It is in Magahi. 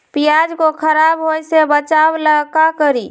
प्याज को खराब होय से बचाव ला का करी?